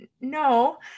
no